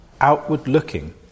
outward-looking